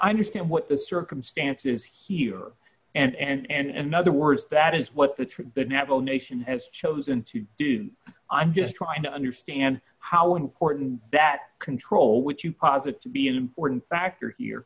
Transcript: i understand what the circumstances here are and other words that is what the tree the navajo nation has chosen to do i'm just trying to understand how important that control which you posit to be an important factor here